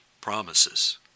promises